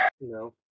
No